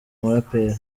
muraperi